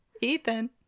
Ethan